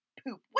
poop